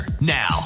Now